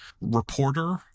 reporter